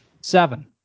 Seven